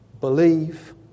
believe